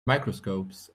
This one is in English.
microscopes